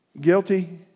Guilty